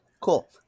Cool